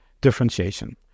differentiation